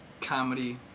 comedy